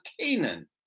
Canaan